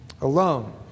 Alone